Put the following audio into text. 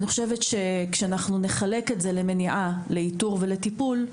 אני חושבת שכשנחלק את זה למניעה, לאיתור ולטיפול,